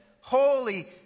holy